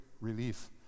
relief